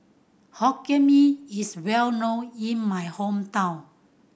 Hokkien Mee is well known in my hometown